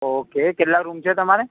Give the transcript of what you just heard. okay કેટલાં room છે તમારે